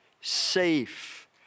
safe